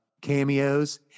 cameos